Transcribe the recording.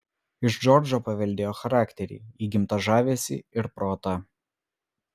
iš džordžo paveldėjo charakterį įgimtą žavesį ir protą